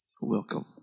Welcome